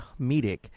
comedic